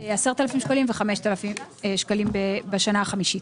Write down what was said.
10,000 שקלים ו-5,000 שקלים בשנה החמישית.